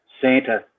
Santa